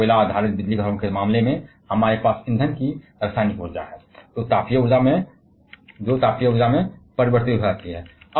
जैसे कोयला आधारित बिजली स्टेशनों के मामले में हमारे पास ईंधन की रासायनिक ऊर्जा है जो थर्मल ऊर्जा में परिवर्तित हो जाती है